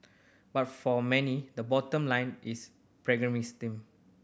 but for many the bottom line is pragmatism